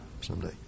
someday